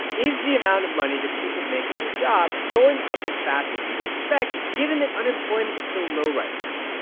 is the amount of money that people make at their jobs going up as fast as you would expect, given that unemployment is so low right now?